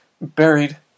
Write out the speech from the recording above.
buried